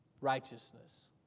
righteousness